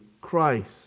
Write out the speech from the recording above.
Christ